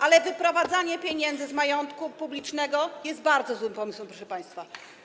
Ale wyprowadzanie pieniędzy z majątku publicznego jest bardzo złym pomysłem, proszę państwa.